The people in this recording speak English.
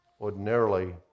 ordinarily